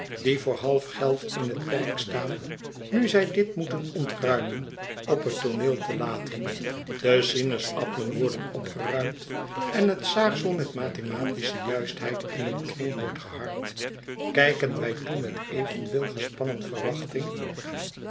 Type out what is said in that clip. die voor half geld in het perk staan nu zij dit moeten ontruimen op het tooneel te laten de sinaasappelen worden opgeruimd en het zaagsel met mathematische juistheid in een kring wordt geharkt kijken wij toe met evenveel gespannen verwachting